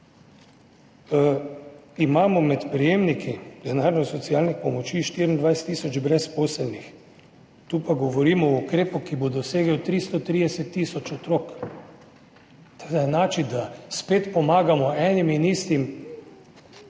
plačo. Med prejemniki denarne socialne pomoči imamo 24 tisoč brezposelnih. Tu pa govorimo o ukrepu, ki bo dosegel 330 tisoč otrok. Enačiti, da spet pomagamo enim in istim,